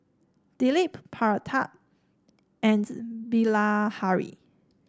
Dilip Pratap and Bilahari